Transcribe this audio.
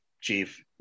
Chief